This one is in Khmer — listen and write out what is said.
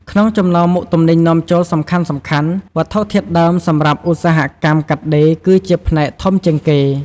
ក្នុងចំណោមមុខទំនិញនាំចូលសំខាន់ៗ វត្ថុធាតុដើមសម្រាប់ឧស្សាហកម្មកាត់ដេរ គឺជាផ្នែកធំជាងគេ។